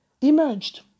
emerged